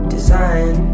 Design